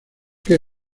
que